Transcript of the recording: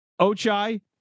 Ochai